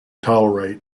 tolerate